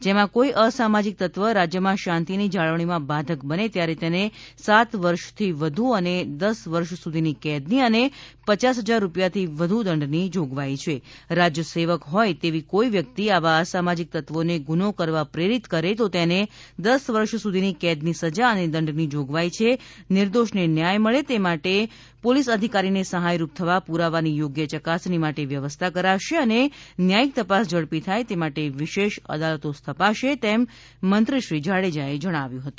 જેમાં કોઇ અસમાજિકતત્વ રાજ્યમાં શાંતિની જાળવણીમાં બાધક બને ત્યારે તેને સાત વર્ષથી વધુ અને દસ વર્ષ સુધીની કેદની અને પચાસ હજાર રૂપિયાથી વધુ દંડની જોગવાઇ છે રાજ્યસેવક હોય તેવી કોઇ વ્યક્તિ આવા અસામાજીક તત્વોને ગુનો કરવા પ્રેરીત કરે કે તો તેને દસ વર્ષ સુધીની કેદની સજા અને દંડની જોગવાઇ નિર્દોષને ન્યાય મળે તે માટે પોલીસ અધિકારીને સહાયરૂપ થવા પુરાવાની થોગ્ય યકાસણી માટે વ્યવસ્થા કરાશે અને ન્યાયિક તપાસ ઝડપી થાય તે માટે વિશેષ અદાલતો સ્થપાશે તેમ મંત્રીશ્રી જાડેજાએ જણાવ્યું હતું